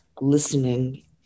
listening